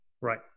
Right